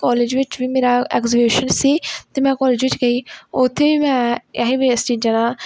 college ਵਿੱਚ ਵੀ ਮੇਰਾ ਐਗਜੀਵੇਸ਼ਨ ਸੀ ਅਤੇ ਮੈਂ ਕੋਲਜ ਵਿੱਚ ਗਈ ਉੱਥੇ ਹੀ ਮੈਂ ਇਹੀ ਵੇਸਟ ਚੀਜ਼ਾਂ ਦਾ